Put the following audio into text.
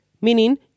Meaning